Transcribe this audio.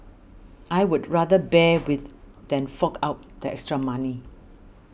I would rather bear with than fork out the extra money